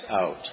out